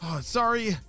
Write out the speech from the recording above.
Sorry